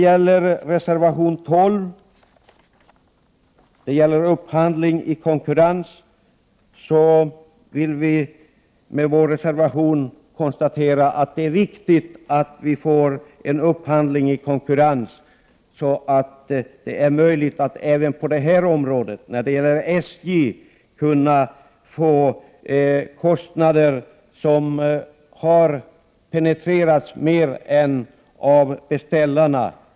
I reservation 12 framhåller vi att det är viktigt med upphandling i konkurrens, så att kostnaderna kan penetreras mer än av beställarna.